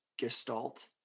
Gestalt